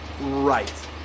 right